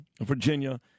Virginia